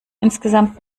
insgesamt